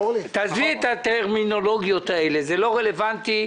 תעזבי את הטרמינולוגיות האלה, זה לא רלוונטי.